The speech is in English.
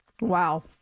wow